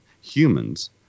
humans